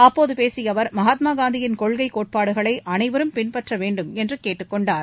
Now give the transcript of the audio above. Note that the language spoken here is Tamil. அப்போது பேசிய அவர் மகாத்மா காந்தியின் கொள்கை கோட்பாடுகளை அனைவரும் பின்பற்ற வேண்டும் என்று கேட்டுக்கொண்டார்